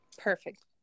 Perfect